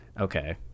Okay